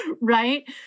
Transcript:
right